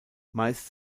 meist